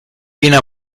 piena